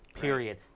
Period